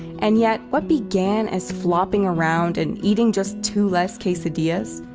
and yet, what began as flopping around, and eating just two less quesadillas,